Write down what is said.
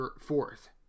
Fourth